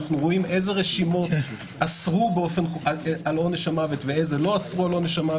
אנו רואים אילו מדינות אסרו על עונש המוות ואילו לא אסרו עליו.